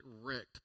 wrecked